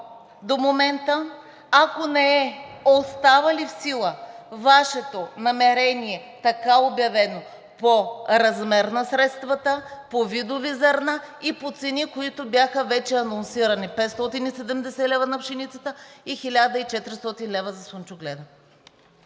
до момента, ако не е, остава ли в сила Вашето намерение, така обявено, по размер на средствата, по видове зърно и по цени, които бяха вече анонсирани – 570 лв. на пшеницата и 1400 лв. за слънчогледа?